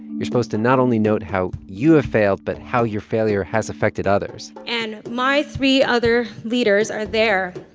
you're supposed to not only note how you have ah failed but how your failure has affected others and my three other leaders are there.